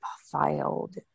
filed